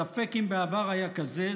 ספק אם בעבר היה כזה,